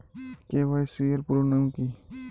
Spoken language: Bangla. কে.ওয়াই.সি এর পুরোনাম কী?